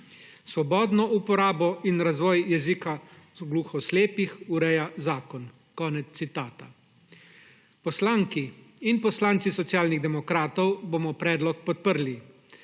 Svobodno uporabo in razvoj jezika gluhoslepih ureja zakon«. Konec citata. Poslanki in poslanci Socialnih demokratov bomo predlog podprli.